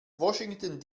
washington